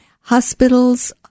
hospitals